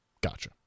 gotcha